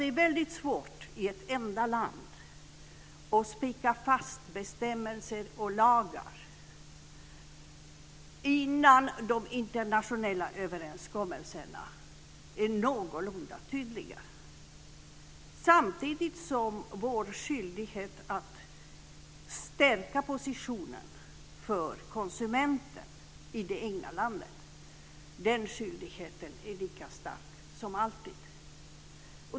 Det är väldigt svårt att i ett enda land spika fast bestämmelser och lagar innan de internationella överenskommelserna är någorlunda tydliga. Samtidigt har vi en skyldighet att stärka positionen för konsumenten i det egna landet. Den skyldigheten är lika stark som alltid.